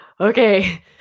okay